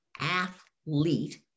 athlete